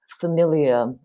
familiar